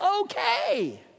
okay